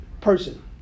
person